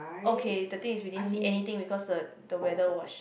okay the thing is we didn't see anything because the the weather was